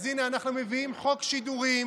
הינה, אנחנו מביאים חוק שידורים,